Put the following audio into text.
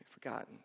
forgotten